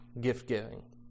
gift-giving